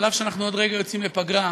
אף שאנחנו עוד רגע יוצאים לפגרה,